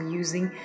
using